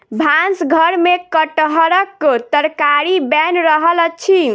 भानस घर में कटहरक तरकारी बैन रहल अछि